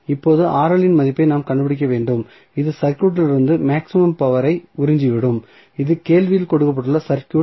இப்போது இன் மதிப்பை நாம் கண்டுபிடிக்க வேண்டும் இது சர்க்யூட்டிலிருந்து மேக்ஸிமம் பவர் ஐ உறிஞ்சிவிடும் இது கேள்வியில் கொடுக்கப்பட்ட சர்க்யூட்